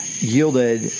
yielded